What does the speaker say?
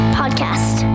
podcast